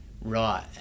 Right